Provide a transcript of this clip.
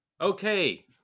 Okay